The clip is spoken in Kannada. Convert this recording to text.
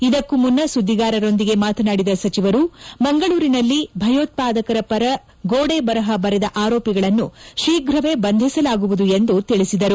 ಇದಕ್ಕೂ ಮುನ್ನ ಸುದ್ಗಿಗಾರರೊಂದಿಗೆ ಮಾತನಾಡಿದ ಸಚಿವರು ಮಂಗಳೂರಿನಲ್ಲಿ ಭಯೋತ್ಪಾದಕರ ಪರ ಗೋಡೆ ಬರಹ ಬರೆದ ಆರೋಪಿಗಳನ್ನು ಶೀಘ ಬಂಧಿಸಲಾಗುವುದು ಎಂದು ಬಸವರಾಜ್ ಬೊಮ್ನಾಯಿ ತಿಳಿಸಿದರು